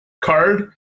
card